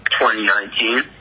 2019